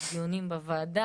יש דיונים בוועדה,